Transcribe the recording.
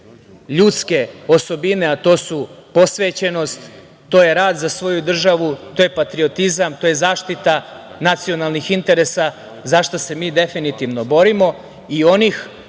ljudske osobine, a to su posvećenost, to je rad za svoju državu, to je patriotizam, to je zaštita nacionalnih interesa za šta se mi definitivno borimo i onih